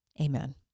Amen